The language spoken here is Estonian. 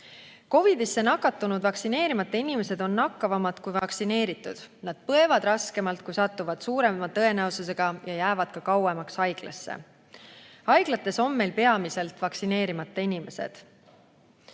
COVID‑isse nakatunud vaktsineerimata inimesed on nakkavamad kui vaktsineeritud, nad põevad raskemalt, satuvad suurema tõenäosusega haiglasse ja jäävad ka kauemaks haiglasse. Haiglates on meil peamiselt vaktsineerimata inimesed.